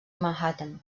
manhattan